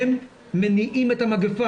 הם מניעים את המגפה.